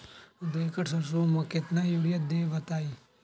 दो एकड़ सरसो म केतना यूरिया देब बताई?